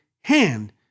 hand